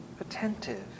attentive